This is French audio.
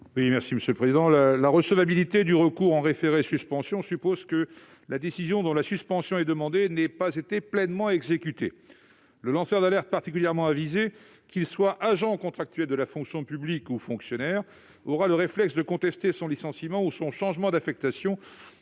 La recevabilité du recours en référé-suspension suppose que la décision dont la suspension est demandée n'ait pas été pleinement exécutée. Un lanceur d'alerte particulièrement avisé- qu'il soit agent contractuel de la fonction publique ou fonctionnaire -aura le réflexe de contester son licenciement ou son changement d'affectation